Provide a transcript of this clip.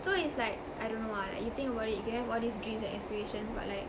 so it's like I don't know ah like you think about it you can have all these dreams and aspirations but like